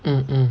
mm mm